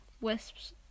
wisps